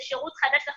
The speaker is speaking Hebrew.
זה שירות חדש לחלוטין,